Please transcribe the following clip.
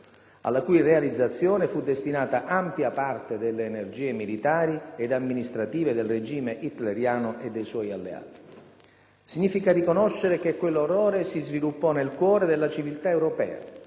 alla cui realizzazione fu destinata ampia parte delle energie militari ed amministrative del regime hitleriano e dei suoi alleati. Significa riconoscere che quell'orrore si sviluppò nel cuore della civiltà europea,